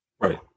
Right